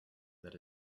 that